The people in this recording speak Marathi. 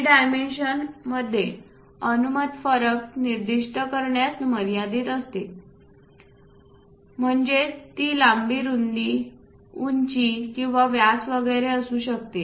हे डायमेन्शन मध्ये अनुमत फरक निर्दिष्ट करण्यास मर्यादित करते म्हणजेच ती लांबी रुंदी उंची किंवा व्यास वगैरे असू शकते